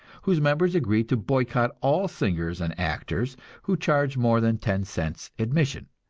whose members agree to boycott all singers and actors who charge more than ten cents admission,